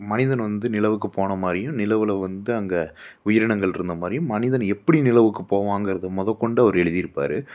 மனிதன் வந்து நிலவுக்கு போன மாதிரியும் நிலவில் வந்து அங்கே உயிரினங்கள் இருந்தமாதிரியும் மனிதன் எப்படி நிலவுக்கு போவாங்குறது முதக்கொண்டு அவர் எழுதிருப்பார்